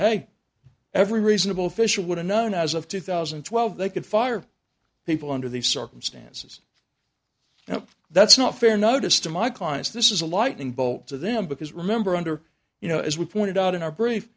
hey every reasonable fisher would a none as of two thousand and twelve they could fire people under these circumstances and that's not fair notice to my clients this is a lightning bolt to them because remember under you know as we pointed out in our brief